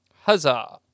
Huzzah